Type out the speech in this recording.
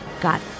got